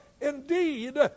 indeed